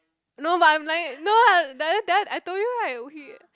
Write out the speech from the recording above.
no but I'm like no what that time I told you right he